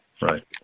right